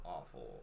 awful